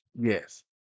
Yes